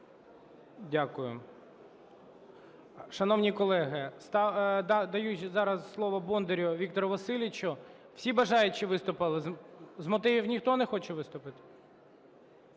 Дякую. Шановні колеги, даю зараз слово Бондарю Віктору Васильовичу. Всі бажаючі виступили? З мотивів ніхто не хоче виступити?